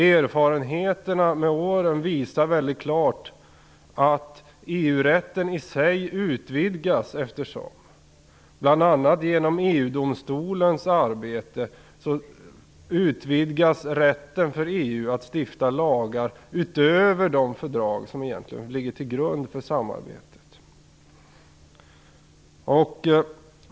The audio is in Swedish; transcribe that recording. Erfarenheterna genom åren visar väldigt klart att EU-rätten i sig utvidgas allteftersom. Bl.a. genom EU-domstolens arbete utvidgas rätten för EU att stifta lagar utöver de fördrag som egentligen ligger till grund för samarbetet.